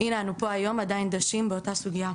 הנה אנו פה היום עדיין דשים באותה סוגייה.